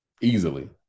easily